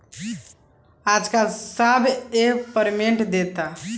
आजकल सब app payment देता